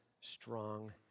strong